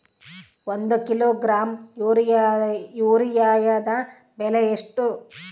ಒಂದು ಕಿಲೋಗ್ರಾಂ ಯೂರಿಯಾದ ಬೆಲೆ ಎಷ್ಟು?